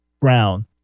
brown